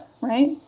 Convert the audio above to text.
right